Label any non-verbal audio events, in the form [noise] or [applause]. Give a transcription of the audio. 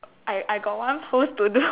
I I got one pose to do [laughs]